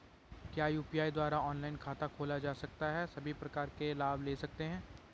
क्या यु.पी.आई द्वारा ऑनलाइन खाता खोला जा सकता है सभी प्रकार के लाभ ले सकते हैं?